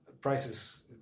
prices